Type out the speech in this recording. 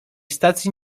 stacji